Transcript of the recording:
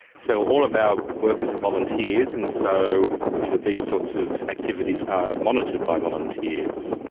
so all of our workers are volunteers, and so you know these sorts of activities are monitored by volunteers.